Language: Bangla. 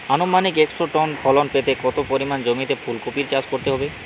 আনুমানিক একশো টন ফলন পেতে কত পরিমাণ জমিতে ফুলকপির চাষ করতে হবে?